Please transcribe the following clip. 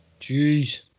Jeez